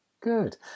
Good